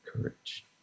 courage